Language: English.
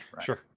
Sure